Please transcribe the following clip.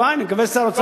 תודה רבה.